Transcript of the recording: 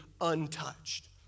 untouched